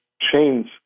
chains